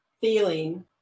feeling